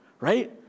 right